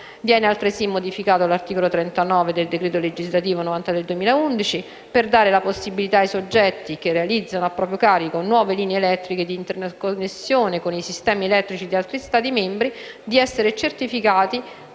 Viene, altresì, modificato l'articolo 39 del decreto legislativo n. 93 del 2011 per dare la possibilità ai soggetti che realizzano a proprio carico nuove linee elettriche di interconnessione con i sistemi elettrici di altri Stati membri di essere certificati